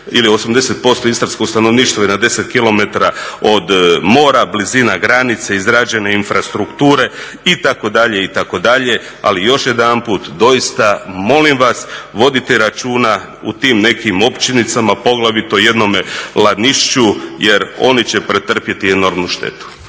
ili 80% istarskog stanovništva je na 10 km od mora, blizina granice, izrađene infrastrukture itd., itd. ali još jedanput doista molim vas vodite računa u tim nekim općinicama, poglavito jednome Lanišću jer oni će pretrpjeti enormnu štetu.